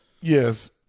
Yes